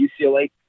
UCLA